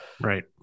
Right